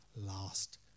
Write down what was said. last